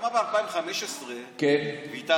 למה ב-2015 ויתרתם